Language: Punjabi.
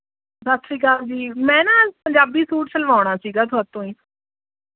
ਸਤਿ ਸ਼੍ਰੀ ਅਕਾਲ ਜੀ ਮੈਂ ਨਾ ਪੰਜਾਬੀ ਸੂਟ ਸਿਲਵਾਉਣਾ ਸੀ ਥੋਤੋਂ ਹੀ